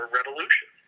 revolution